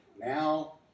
now